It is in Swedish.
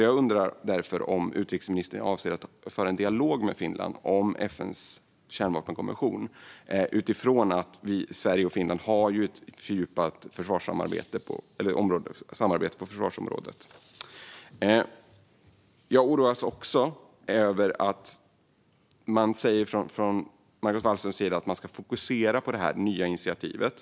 Jag undrar därför om utrikesministern avser att föra en dialog med Finland om FN:s kärnvapenkonvention utifrån att Sverige och Finland har ett fördjupat samarbete på försvarsområdet. Jag oroas av att Margot Wallström säger att man ska fokusera på det nya initiativet.